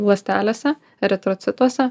ląstelėse eritrocituose